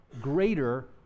greater